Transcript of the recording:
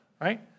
Right